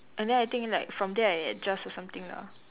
and then I think like from there I adjust or something lah